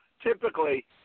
typically